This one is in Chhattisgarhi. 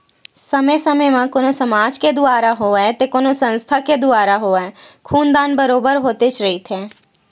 समे समे म कोनो समाज के दुवारा होवय ते कोनो संस्था के दुवारा होवय खून दान बरोबर होतेच रहिथे